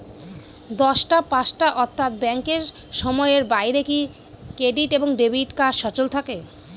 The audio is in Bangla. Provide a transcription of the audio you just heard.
দশটা পাঁচটা অর্থ্যাত ব্যাংকের সময়ের বাইরে কি ক্রেডিট এবং ডেবিট কার্ড সচল থাকে?